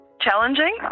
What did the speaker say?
challenging